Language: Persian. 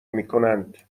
میکنند